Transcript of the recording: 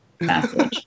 message